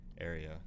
area